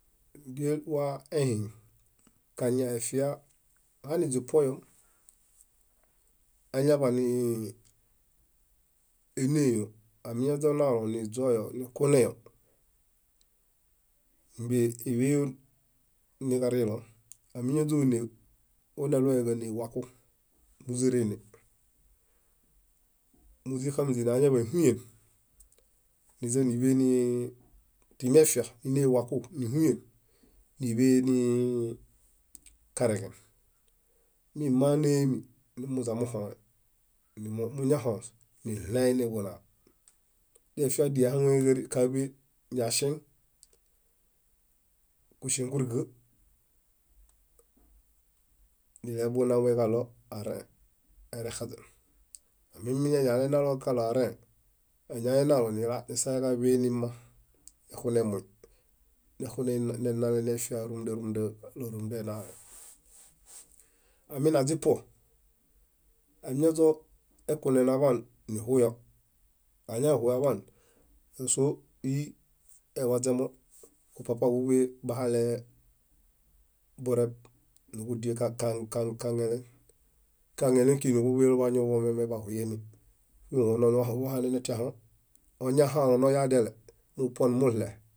Díel wa ehiŋ, kañaefia hani źipuoyom, añaḃanineeyo amiñaźonalo niźoyo nikuneyo, nimbie níḃeyo nikariron, amiñaźoné waneɭoya káne waku miźixaminé añaḃanihuyen, niźaniḃeni timefia ninée waku níhuyen, níḃee nikareġen, mimaanéemi nimuźamuhoren muñahõs niźaniɭeen niḃunaa. Defiabi ahaŋuġaḃee yaŝeŋ kuŝeŋ kúriga nileḃunaue kaɭo arẽe; eerexaźen amiñani aleenalo kaɭo arẽee, añaenalo nisae káḃe nimma nexunemui, nexunanale nefia rumunda rumunda enale. Aminaźipuo, amiñaźoekunen aḃaan nihuyo añahuaḃan, kásoo yí yewaźemo kupapa ġúḃe bahale bureb níġudiel kaŋelen, kiġaŋelen kiġi níġuḃelo bañõḃo bahiemi, fihuono nohanenetiaho, oñahalo noyadale mupuomo muɭee.